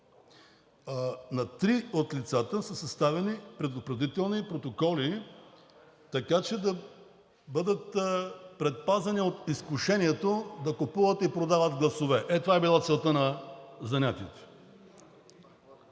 на три от лицата са съставени предупредителни протоколи, така че да бъдат предпазени от изкушението да купуват и продават гласове. Ето това е била целта на занятието.